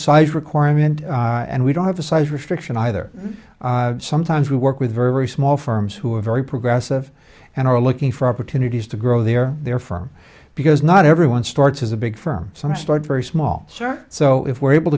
size requirement and we don't have a size restriction either sometimes we work with very small firms who are very progressive and are looking for opportunities to grow their their firm because not everyone starts as a big firm some start very small sir so if we're able